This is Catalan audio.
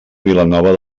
vilanova